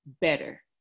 better